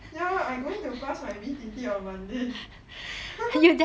ya I going to pass my B_T_T on monday